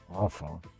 awful